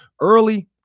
early